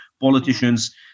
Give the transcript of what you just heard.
politicians